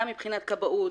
גם מבחינת כבאות,